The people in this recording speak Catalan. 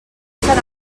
sant